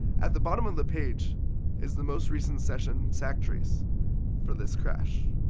at the bottom of the page is the most recent session stack trace for this crash.